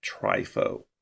Trifo